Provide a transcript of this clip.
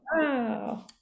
Wow